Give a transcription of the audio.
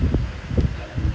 the thing is what do you mean